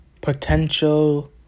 potential